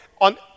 on